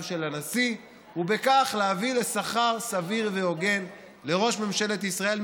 של הנשיא ובכך להביא לשכר סביר והוגן לראש ממשלת ישראל,